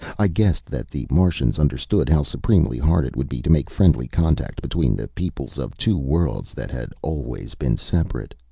i guessed that the martians understood how supremely hard it would be to make friendly contact between the peoples of two worlds that had always been separate.